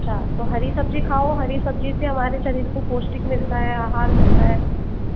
अच्छा तो हरी सब्जी खाओ हरी सब्जी से हमारे शरीर को पौष्टिक मिलता है आहार मिलता है